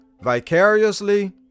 vicariously